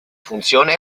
funzione